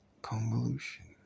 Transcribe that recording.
Convolution